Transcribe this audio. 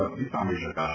પરથી સાંભળી શકાશે